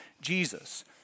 Jesus